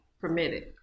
Permitted